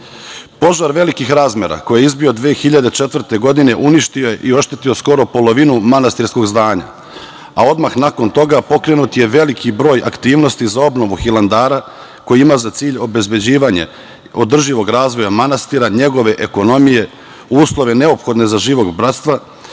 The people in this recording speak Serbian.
velikih razmera koji je izbio 2004. godine uništio je i oštetio skoro polovinu manastirskog zdanja, a odmah nakon toga pokrenut je veliki broj aktivnosti za obnovu Hilandara, koji ima za cilj obezbeđivanje održivog razvoja manastira, njegove ekonomije, uslove neophodne za život bratstva,